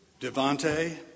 Devante